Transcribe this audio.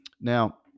Now